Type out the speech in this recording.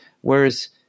Whereas